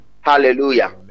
Hallelujah